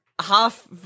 half